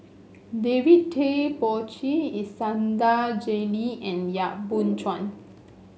David Tay Poey Cher Iskandar Jalil and Yap Boon Chuan